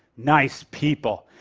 nice people.